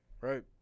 right